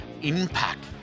impact